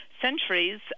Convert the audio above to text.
centuries